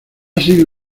sido